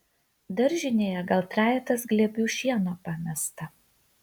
daržinėje gal trejetas glėbių šieno pamesta